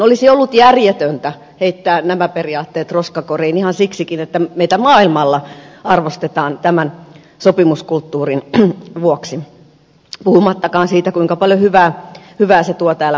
olisi ollut järjetöntä heittää nämä periaatteet roskakoriin ihan siksikin että meitä maailmalla arvostetaan tämän sopimuskulttuurin vuoksi puhumattakaan siitä kuinka paljon hyvää se tuo täällä kotimaassa